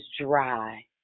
dry